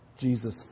Jesus